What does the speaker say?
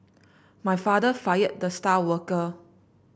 my father fired the star worker